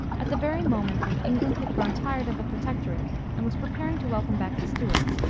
at the very moment when england had grown tired of the protectorate and was preparing to welcome back the stuarts,